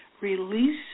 release